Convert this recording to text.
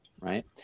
right